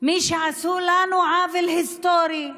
מי שעשו לנו עוול היסטורי,